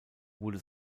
wurde